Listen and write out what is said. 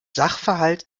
sachverhalte